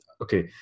okay